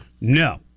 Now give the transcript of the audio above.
No